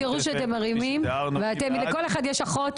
תזכרו שאתם מרימים ולכל אחד יש אחות,